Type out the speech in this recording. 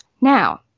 Now